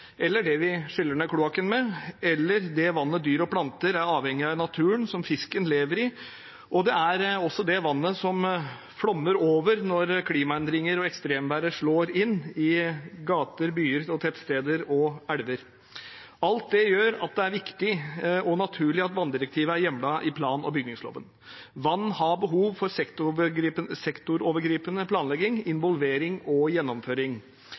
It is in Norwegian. eller det vannet vi skyller ned kloakken med, eller det vannet dyr og planter er avhengig av i naturen, som fisken lever i, og så er det også det vannet som flommer over når klimaendringer og ekstremvær slår inn i gater, byer, tettsteder og elver. Alt dette gjør at det er viktig og naturlig at vanndirektivet er hjemlet i plan- og bygningsloven. Vann har behov for sektorovergripende planlegging, involvering og gjennomføring.